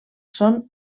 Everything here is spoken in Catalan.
són